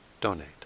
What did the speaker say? donate